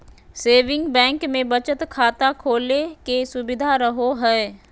saving bank मे बचत खाता खोले के सुविधा रहो हय